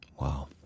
Wow